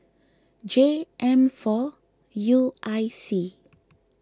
J M four U I C